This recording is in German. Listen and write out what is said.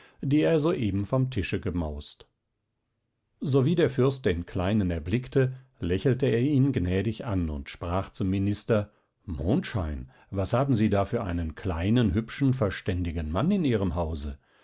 die er soeben vom tische gemaust sowie der fürst den kleinen erblickte lächelte er ihn gnädig an und sprach zum minister mondschein was haben sie da für einen kleinen hübschen verständigen mann in ihrem hause